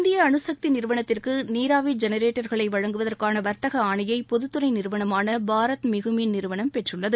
இந்திய அணுசக்தி நிறுவளத்திற்கு நீராவி ஜெனரேட்டாகளை வழங்குவதற்கான வாத்தக ஆணையை பொதுத்துறை நிறுவனமான பாரத மிகுமின் நிறுவனம் பெற்றுள்ளது